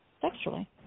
sexually